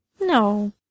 No